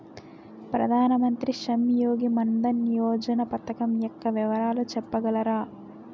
ప్రధాన మంత్రి శ్రమ్ యోగి మన్ధన్ యోజన పథకం యెక్క వివరాలు చెప్పగలరా?